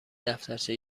دفترچه